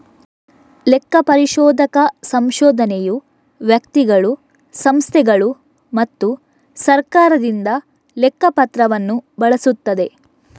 ಲೆಕ್ಕ ಪರಿಶೋಧಕ ಸಂಶೋಧನೆಯು ವ್ಯಕ್ತಿಗಳು, ಸಂಸ್ಥೆಗಳು ಮತ್ತು ಸರ್ಕಾರದಿಂದ ಲೆಕ್ಕ ಪತ್ರವನ್ನು ಬಳಸುತ್ತದೆ